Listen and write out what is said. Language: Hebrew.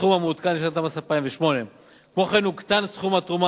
הסכום המעודכן לשנת המס 2008. כמו כן הוקטן סכום התרומה